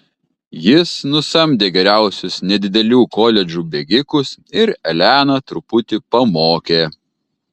jis nusamdė geriausius nedidelių koledžų bėgikus ir eleną truputį pamokė